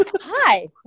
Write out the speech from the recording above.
Hi